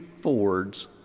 Ford's